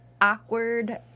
awkward